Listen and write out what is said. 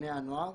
בני הנוער,